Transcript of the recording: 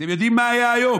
אתם יודעים מה היה היום?